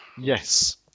Yes